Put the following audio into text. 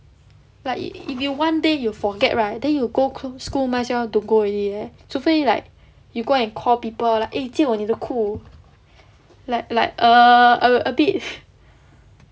like if you one day you forget right then you will go school might as well don't go already eh 除非 like you go and call people eh 借我你的裤 like like err a bit